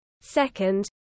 Second